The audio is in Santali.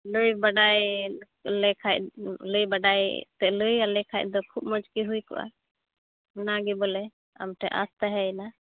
ᱞᱟᱹᱭ ᱵᱟᱰᱟᱭ ᱞᱮᱠᱷᱟᱱ ᱞᱟᱹᱭ ᱵᱟᱰᱟᱭ ᱮᱛᱮᱫ ᱞᱟᱹᱭ ᱟᱞᱮ ᱠᱷᱟᱱ ᱫᱚ ᱠᱷᱩᱵ ᱢᱚᱡᱽ ᱜᱮ ᱦᱩᱭᱠᱚᱜᱼᱟ ᱚᱱᱟᱜᱮ ᱵᱚᱞᱮ ᱟᱢᱴᱷᱮᱱ ᱟᱥ ᱛᱟᱦᱮᱭᱮᱱᱟ